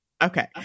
Okay